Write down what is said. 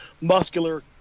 muscular